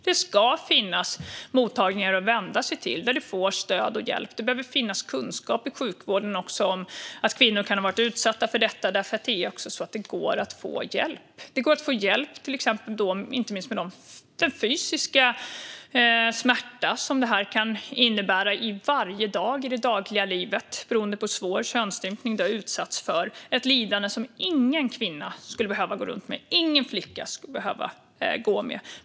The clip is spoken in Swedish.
Det ska finnas mottagningar att vända sig till för stöd och hjälp. Det behöver finnas kunskap i sjukvården om att kvinnor kan ha blivit utsatta för detta, för det går att få hjälp. Det går att få hjälp, inte minst med den fysiska smärta som det här kan innebära varje dag i det dagliga livet beroende på hur svår könsstympning du har utsatts för. Det är ett lidande som ingen kvinna och ingen flicka ska behöva gå med.